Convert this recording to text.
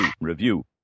review